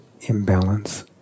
imbalance